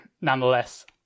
nonetheless